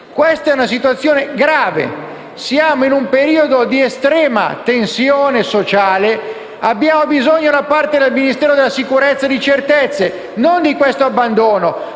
Questa è una situazione grave. Siamo in un periodo di estrema tensione sociale e abbiamo bisogno da parte del Ministero di sicurezze e certezze, e non di questo abbandono,